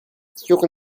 sur